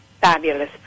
fabulous